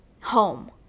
home